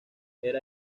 era